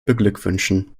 beglückwünschen